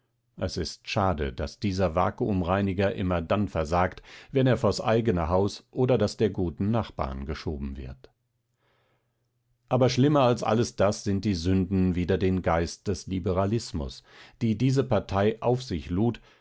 es ist schade daß dieser vakuumreiniger immer dann versagt wenn er vors eigene haus oder das der guten nachbarn geschoben wird aber schlimmer als alles das sind die sünden wider den geist des liberalismus die diese partei auf sich lud